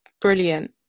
Brilliant